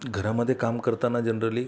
घरामध्ये काम करताना जनरली